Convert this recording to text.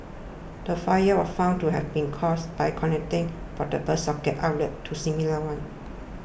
the fire was found to have been caused by connecting portable socket outlets to similar ones